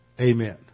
amen